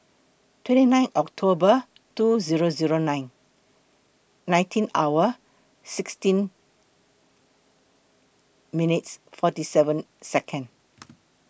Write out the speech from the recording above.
twenty nine October two Zero Zero nine nineteen hour sixteen minutes forty seven Second